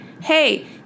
hey